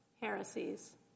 heresies